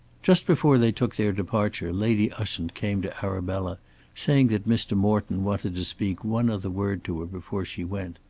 just before they took their departure lady ushant came to arabella saying that mr. morton wanted to speak one other word to her before she went.